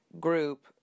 group